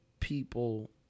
People